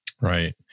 Right